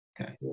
okay